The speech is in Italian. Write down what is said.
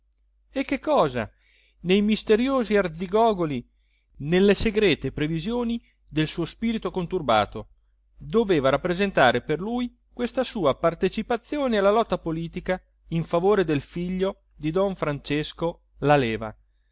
e che cosa nei misteriosi arzigogoli nelle segrete previsioni del suo spirito conturbato doveva rappresentare per lui questa sua partecipazione alla lotta politica in favore del figlio di don francesco laleva